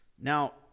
Now